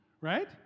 right